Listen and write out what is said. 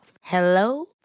Hello